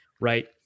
right